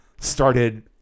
started